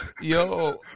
yo